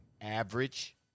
Average